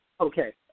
Okay